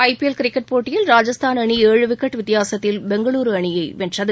IPL cricket போட்டியில் ராஜஸ்தான் அணி ஏழு விக்கெட் வித்தியாசத்தில் பெங்களுரு அணியை வென்றது